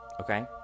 okay